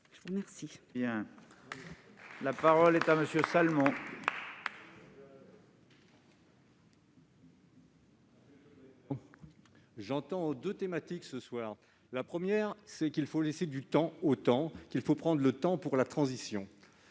je vous remercie